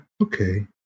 okay